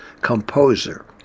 composer